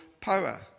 power